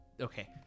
okay